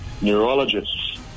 neurologists